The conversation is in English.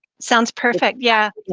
sounds perfect, yeah.